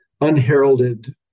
unheralded